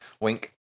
wink